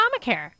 Obamacare